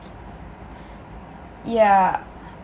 yeah